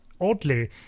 oddly